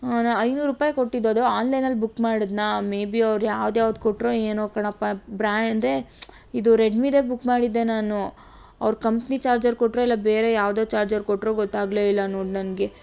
ಹ್ಞೂ ನಾ ಐನೂರು ರೂಪಾಯ್ ಕೊಟ್ಟಿದ್ದದು ಆನ್ಲೈನಲ್ಲಿ ಬುಕ್ ಮಾಡಿದ್ನಾ ಮೇಬಿ ಅವ್ರು ಯಾವ್ದು ಯಾವ್ದ್ ಕೊಟ್ಟರೋ ಏನೊ ಕಣಪ್ಪ ಬ್ರಾಂಡಿಂದೆ ಇದು ರೆಡ್ಮಿದೆ ಬುಕ್ ಮಾಡಿದ್ದೆ ನಾನು ಅವ್ರು ಕಂಪ್ನಿ ಚಾರ್ಜರ್ ಕೊಟ್ಟರೋ ಇಲ್ಲ ಬೇರೆ ಯಾವುದೋ ಚಾರ್ಜರ್ ಕೊಟ್ಟರೋ ಗೊತ್ತಾಗಲೇ ಇಲ್ಲ ನೋಡು ನನಗೆ